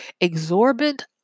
exorbitant